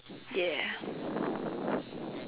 ya